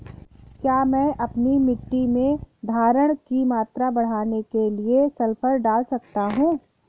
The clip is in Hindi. क्या मैं अपनी मिट्टी में धारण की मात्रा बढ़ाने के लिए सल्फर डाल सकता हूँ?